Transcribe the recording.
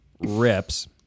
rips